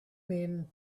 men